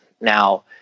Now